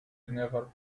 never